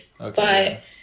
Okay